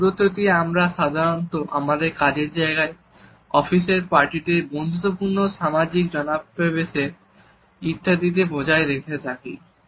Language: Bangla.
এই দূরত্বটি আমরা সাধারণত আমাদের কাজের জায়গায় অফিসের পার্টিতে বন্ধুত্বপূর্ণ সামাজিক জনসমাবেশে ইত্যাদিতে বজায় রেখে থাকি